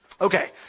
Okay